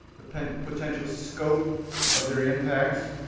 the potential scope of their impacts.